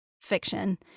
fiction